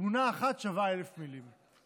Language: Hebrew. תמונה אחת שווה אלף מילים.